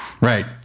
Right